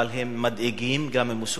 אבל הם מדאיגים וגם מסוכנים.